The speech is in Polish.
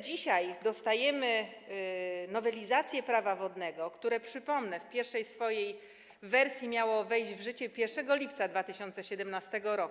Dzisiaj dostajemy nowelizację Prawa wodnego, które, przypomnę, w pierwszej swojej wersji miało wejść w życie 1 lipca 2017 r.,